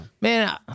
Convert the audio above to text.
Man